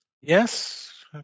Yes